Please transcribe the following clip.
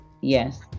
yes